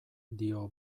dio